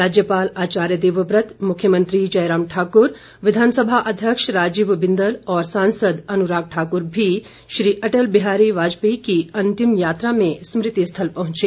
राज्यपाल आचार्य देवव्रत मुख्यमंत्री जयराम ठाकुर विधानसभा अध्यक्ष राजीव बिंदल और सांसद अनुराग ठाकुर भी श्री अटल बिहारी वाजपेयी की अंतिम यात्रा में स्मृति स्थल पहुंचे